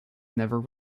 never